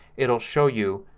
it will show you.